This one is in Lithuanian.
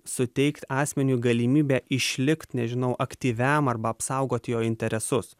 suteikt asmeniui galimybę išlikt nežinau aktyviam arba apsaugot jo interesus